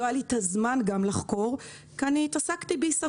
גם לא היה לי את הזמן לחקור, כי התעסקתי בהישרדות.